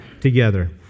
together